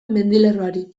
mendilerroari